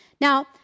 Now